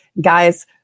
guys